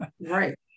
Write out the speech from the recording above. Right